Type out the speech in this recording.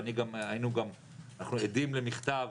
ואנחנו עדים למכתב